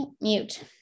mute